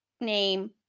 name